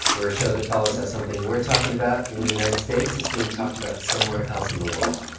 we're a show that follows how something we're talking about in the united states is being talked about somewhere else in the world.